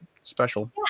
special